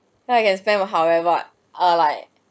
now I can spend them however I like